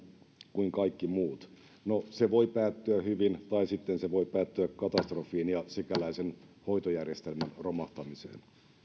kuin kaikki muut no se voi päättyä hyvin tai sitten se voi päättyä katastrofiin ja sikäläisen hoitojärjestelmän romahtamiseen